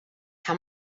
how